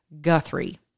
Guthrie